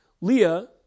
Leah